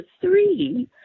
three